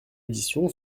audition